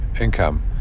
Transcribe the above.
income